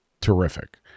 terrific